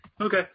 Okay